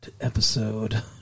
episode